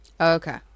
Okay